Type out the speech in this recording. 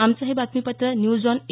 आमचं हे बातमीपत्र न्यूज ऑन ए